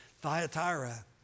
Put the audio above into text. Thyatira